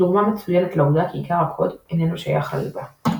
דוגמה מצוינת לעובדה כי עיקר הקוד איננו שייך לליבה.